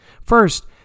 First